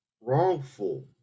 wrongful